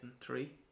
three